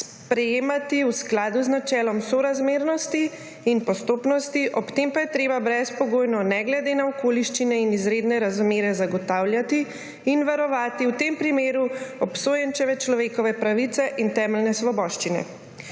sprejemati v skladu z načelom sorazmernosti in postopnosti, ob tem pa je treba brezpogojno ne glede na okoliščine in izredne razmere zagotavljati in varovati v tem primeru obsojenčeve človekove pravice in temeljne svoboščine.